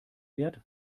wert